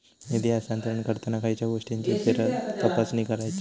निधी हस्तांतरण करताना खयच्या गोष्टींची फेरतपासणी करायची?